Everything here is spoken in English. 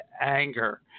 anger